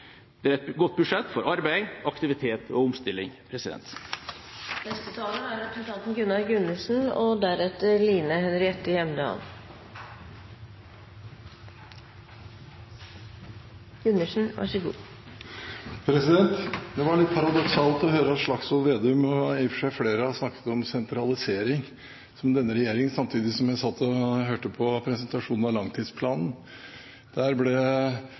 nasjonalbudsjett forsterker et allerede godt budsjett, tilpasset dagens økonomiske situasjon. Det er et godt budsjett for arbeid, aktivitet og omstilling. Det var litt paradoksalt å høre Slagsvold Vedum, og i og for seg flere, snakke om at denne regjeringen legger opp til sentralisering, samtidig som jeg satt og hørte på presentasjonen av langtidsplanen.